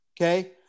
okay